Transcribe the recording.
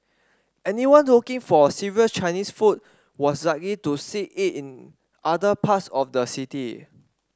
anyone looking for serious Chinese food was likely to seek it in other parts of the city